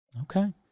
Okay